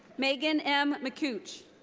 megan m. mecouch.